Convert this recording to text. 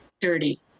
dirty